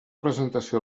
presentació